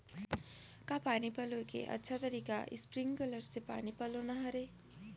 का पानी पलोय के अच्छा तरीका स्प्रिंगकलर से पानी पलोना हरय?